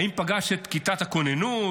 האם פגש את כיתת הכוננות?